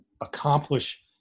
accomplish